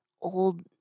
old